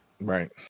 Right